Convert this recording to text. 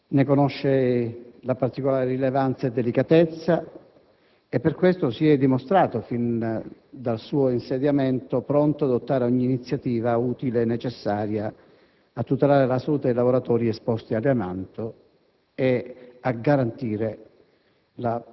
ne conosce la particolare rilevanza e delicatezza e per questo si è sempre dimostrato, fin dal suo insediamento, pronto ad adottare ogni iniziativa utile e necessaria a tutelare la salute dei lavoratori esposti all'amianto e a garantire la